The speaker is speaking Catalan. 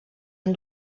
amb